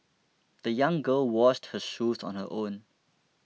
the young girl washed her shoes on her own